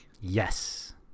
Yes